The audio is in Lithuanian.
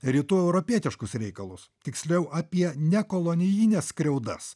rytų europietiškus reikalus tiksliau apie nekolonijines skriaudas